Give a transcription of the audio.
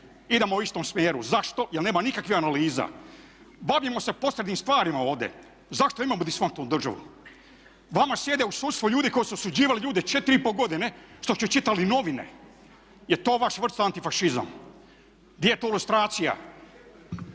Idemo u istom smjeru. Zašto? Jer nema nikakvih analiza. Bavimo se posrednim stvarima ovdje. Zašto imamo disfunkcionalnu državu? Vama sjede u sudstvu ljudi koji su osuđivali ljude četiri i pol godine što su čitali novine. Jel' to vaša vrsta antifašizma? Gdje je tu lustracija?